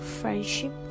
friendship